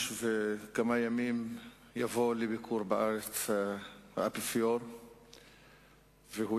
מי שאוהב לעשות מחטפים, בסוף הולך יחף.